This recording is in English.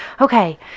Okay